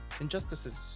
injustices